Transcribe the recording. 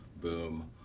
boom